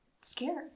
scared